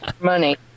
money